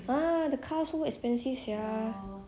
ah the car so expensive sia